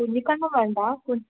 കുഞ്ഞിക്കണ്ണന് വേണ്ടാ കു